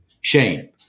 shame